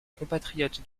compatriote